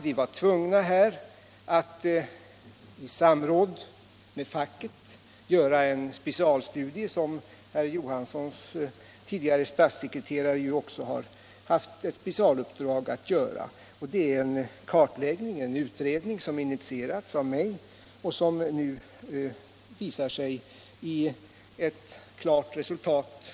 Vi var tvungna att i samråd med facket göra en specialstudie, som herr Johanssons tidigare statssekreterare har haft i särskilt uppdrag att göra. Det är en kartläggning, en utredning, som initierats av mig och som nu visat sig i ett klart resultat.